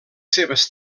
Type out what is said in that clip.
seves